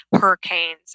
hurricanes